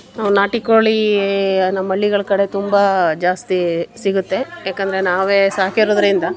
ನಾವು ನಾಟಿ ಕೋಳಿ ನಮ್ಮ ಹಳ್ಳಿಗಳ ಕಡೆ ತುಂಬ ಜಾಸ್ತಿ ಸಿಗುತ್ತೆ ಯಾಕೆಂದ್ರೆ ನಾವೇ ಸಾಕಿರೋದರಿಂದ